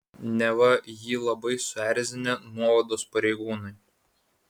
neva jį labai suerzinę nuovados pareigūnai